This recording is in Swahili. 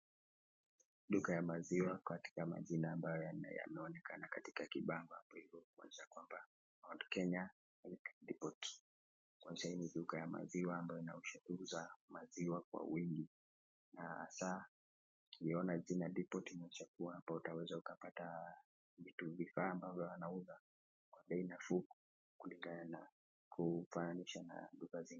Duka ya maziwa katika majina ambayo yanaonekana katika kibango hapo hivo kumaanisha kwamba Mount Kenya Milk deport. Kumaanisha hii ni duka ya maziwa ambayo inauza maziwa kwa wingi na hasa ukiona majina deport inamaanisa kuwa hapa utaweza ukapata vifaa ambazo wanauza kwa bei nafuu kulingana kufananisha na duka zingine.